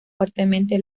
fuertemente